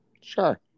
Sure